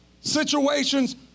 situations